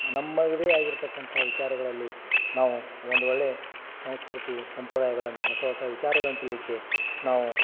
ನಮ್ಮದೇ ಆಗಿರತಕ್ಕಂಥ ವಿಚಾರಗಳಲ್ಲಿ ನಾವು ಒಂದು ಒಳ್ಳೆಯ ಸಂಸ್ಕೃತಿ ಸಂಪ್ರದಾಯಗಳನ್ನು ಹೊಸ ಹೊಸ ವಿಚಾರಗಳನ್ನು ತಿಳಿಯಲಿಕ್ಕೆ ನಾವು